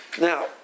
Now